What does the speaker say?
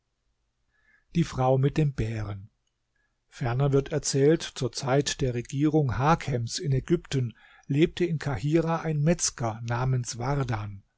die frau mit dem bären ferner wird erzählt zur zeit der regierung hakems in ägypten lebte in kahirah ein metzger namens wardan